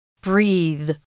Breathe